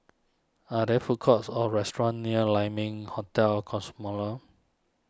are there food courts or restaurants near Lai Ming Hotel Cosmoland